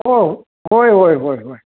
हो होय होय होय होय